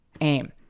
aim